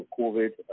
covid